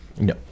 No